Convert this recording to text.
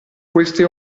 queste